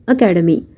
Academy